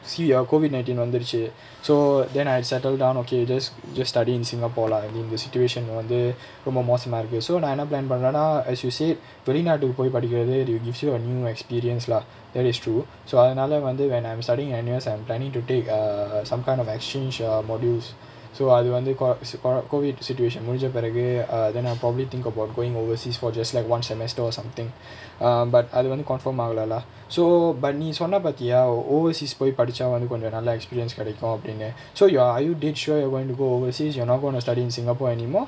see ya COVID nineteen வந்துடுச்சு:vanthuduchu so then I settled down okay then just study in singapore lah I mean the situation வந்து ரொம்ப மோசமா இருக்கு:vanthu romba mosamaa irukku so நா என்ன:naa enna plane பண்றேனா:pandraenaa as you said வெளிநாட்டுக்கு போய் படிக்குறது:velinaatukku poyi padikkurathu you gives you a new experience lah that is true so அதனால வந்து:athanaala vanthu when I'm studying N_U_S I'm planning to take err some kind of exchange err modules so அது வந்து:athu vanthu cos~ co~ COVID situation முடிஞ்ச பிறகு:mudinja piragu err then I'm probably think about going overseas for just like one semester or something err but அது வந்து:athu vanthu confirm ஆகல:aagala lah so but நீ சொன்ன பாத்தியா:nee sonna paathiyaa overseas போய் படிச்சா வந்து கொஞ்சோ நல்ல:poyi padichaa vanthu konjo nalla experience கிடைக்கும் அப்டின்னு:kidaikkum apdinu so you're are you dead sure you're going overseas you're not going to study in singapore anymore